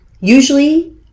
Usually